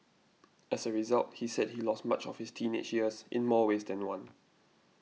as a result he said he lost much of his teenage years in more ways than one